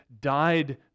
died